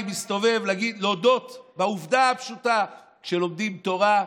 מסתובב להודות בעובדה הפשוטה: כשלומדים תורה,